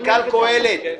מנכ"ל קהלת,